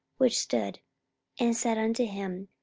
which stood and said unto him,